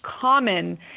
common